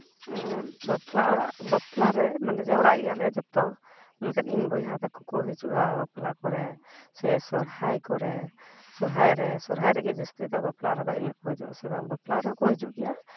ᱵᱟᱯᱞᱟ ᱚᱲᱟᱜ ᱢᱟᱱᱮ ᱵᱟᱯᱞᱟ ᱨᱮ ᱡᱟᱣᱨᱟᱜ ᱜᱮᱭᱟ ᱞᱮ ᱡᱚᱛᱚ ᱢᱮᱱᱠᱷᱟᱱ ᱤᱧ ᱵᱚᱭᱦᱟ ᱛᱚᱠᱚ ᱠᱚ ᱦᱟᱹᱡᱩᱜᱼᱟ ᱵᱟᱯᱞᱟ ᱠᱚᱨᱮ ᱥᱮ ᱥᱚᱨᱦᱟᱭ ᱠᱚᱨᱮ ᱥᱚᱨᱦᱟᱭ ᱨᱮ ᱥᱚᱨᱦᱟᱭ ᱨᱮᱜᱮ ᱡᱟᱹᱥᱛᱤ ᱫᱚ ᱵᱟᱯᱞᱟ ᱨᱮᱫᱚ ᱤᱱᱟᱹᱜ ᱠᱚ ᱦᱟᱹᱡᱩᱜᱼᱟ ᱥᱮ ᱵᱟᱝ ᱵᱟᱯᱞᱟ ᱨᱮᱦᱚᱸ ᱠᱚ ᱦᱟᱹᱡᱩᱜ ᱜᱮᱭᱟ